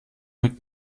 mit